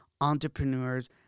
entrepreneurs